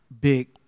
big